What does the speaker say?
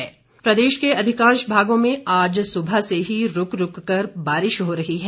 मौसम प्रदेश के अधिकांश भागों में आज सुबह से ही रूक रूक कर बारिश हो रही है